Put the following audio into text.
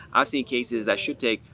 i've seen cases that should take,